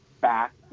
back